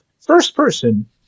first-person